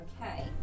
Okay